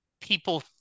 people